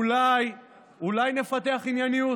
אולי נפתח ענייניות,